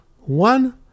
one